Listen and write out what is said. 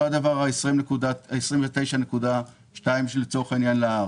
אותו דבר ה-29.2 מיליון שקל לשיקום ההר